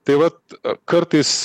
tai vat kartais